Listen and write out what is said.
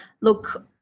look